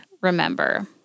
remember